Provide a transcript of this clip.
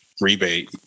rebate